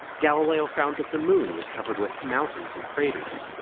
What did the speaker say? galileo found that the moon was covered with mountains and craters.